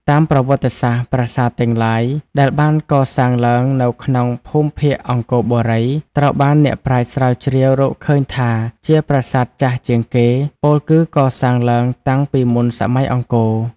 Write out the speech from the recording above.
តាមប្រវត្តិសាស្ត្រ ប្រាសាទទាំងឡាយដែលបានកសាងឡើងនៅក្នុងភូមិភាគអង្គរបូរី ត្រូវបានអ្នកប្រាជ្ញស្រាវជ្រាវរកឃើញថាជាប្រាសាទចាស់ជាងគេ ពោលគឺកសាងឡើងតាំងពីមុនសម័យអង្គរ។